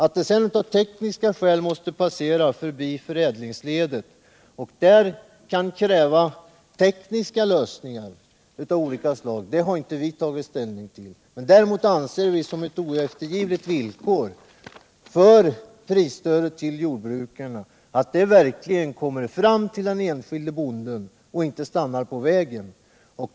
Att pengarna sedan av tekniska skäl måste passera förbi förädlingsledet — och där kan krävas tekniska lösningar av olika slag — har vi inte tagit ställning till. Däremot = Jordbrukspolitianser vi att det är ett oeftergivligt villkor för prisstödet till jordbrukarna ken, m.m. att stödet verkligen kommer fram till den enskilde bonden och inte stannar på vägen.